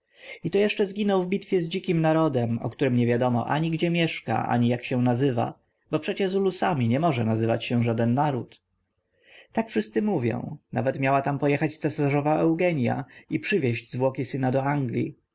i to jeszcze zginął w bitwie z dzikim narodem o którym niewiadomo ani gdzie mieszka ani jak się nazywa bo przecie zulusami nie może nazywać się żaden naród tak wszyscy mówią nawet miała tam pojechać cesarzowa eugenia i przywieść